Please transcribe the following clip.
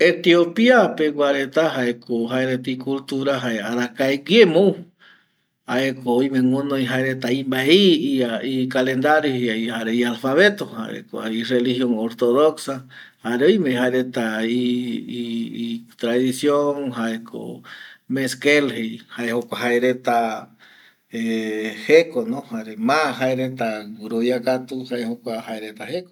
Etipia pegua reta jaeko jaereta icultura jae arakae guiema ou jaeko jaereta oime guɨnoi imbaei ikalendario jare ialfabeto jare ireligion ortoxa jare oime jaereta itradiccion jaeko meskel jei jae jokua jaereta jeko jare ma guɨrovia katu jae reta jeko